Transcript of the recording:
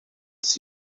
see